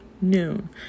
noon